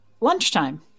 Lunchtime